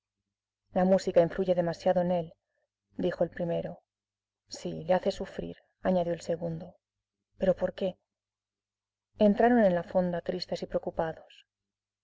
la música influye demasiado en él dijo el primero sí le hace sufrir añadió el segundo pero por qué entraron en la fonda tristes y preocupados